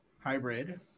hybrid